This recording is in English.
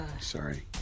Sorry